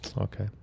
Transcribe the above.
Okay